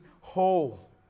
whole